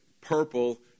purple